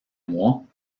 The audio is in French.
mois